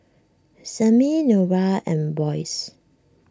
Sammie Norah and Boyce